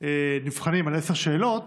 נבחנים על עשר שאלות,